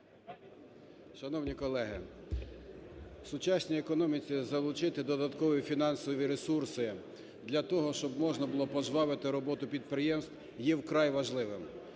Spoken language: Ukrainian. Шановні колеги, у сучасній економіці залучити додаткові фінансові ресурси для того, щоб можна було пожвавити роботу підприємств є вкрай важливим.